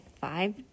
five